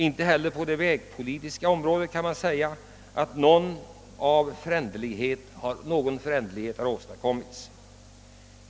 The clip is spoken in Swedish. Inte heller har det åstadkommits någon förändring inom det vägpolitiska området.